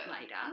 later